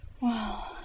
wow